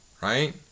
right